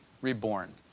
reborn